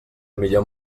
millor